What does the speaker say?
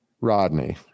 Rodney